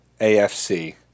AFC